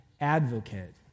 advocate